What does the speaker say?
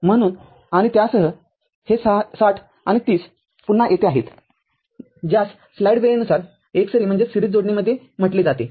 म्हणून आणि त्यासह हे ६० आणि ३० पुन्हा येथे आहेत ज्यास स्लाईड वेळेनुसार एकसरी जोडणीमध्ये म्हटले जाते